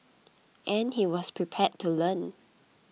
and he was prepared to learn